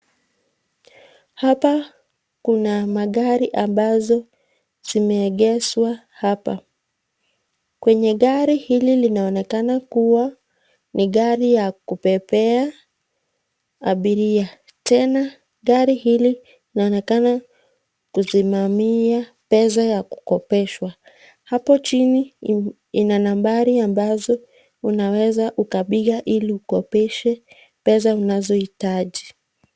Hapa kuna magari ambazo zimeegeshwa hapa. Kwenye gari hili linaonekana kuwa ni garu ya kubebea abiria tena gari hili linaonekana kusimamia pesa yakukopeshwa hapo chini ina nambari ambazo unaweza ukapiga ili ukopeshe pesa unazohitaji.